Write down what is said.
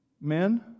Men